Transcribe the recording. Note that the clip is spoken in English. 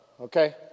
Okay